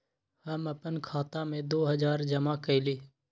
हम अपन खाता में दो हजार जमा कइली